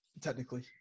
technically